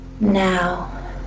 Now